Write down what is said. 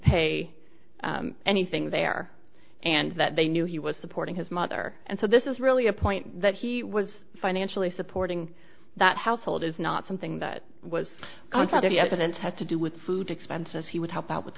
pay anything there and that they knew he was supporting his mother and so this is really a point that he was financially supporting that household is not something that was going to be evident had to do with food expenses he would help out with